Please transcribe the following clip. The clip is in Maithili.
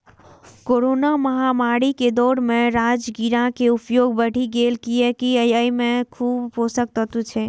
कोरोना महामारी के दौर मे राजगिरा के उपयोग बढ़ि गैले, कियैकि अय मे खूब पोषक तत्व छै